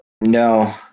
No